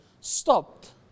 stopped